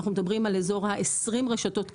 אנחנו מדברים על אזור ה-20 רשתות קמעונאיות.